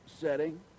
setting